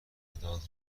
مداد